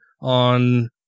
on